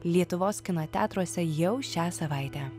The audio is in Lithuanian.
lietuvos kino teatruose jau šią savaitę